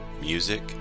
music